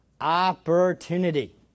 Opportunity